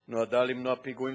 היא נועדה למנוע פיגועים חבלניים,